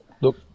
Look